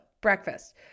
breakfast